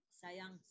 sayang